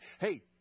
hey